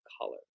color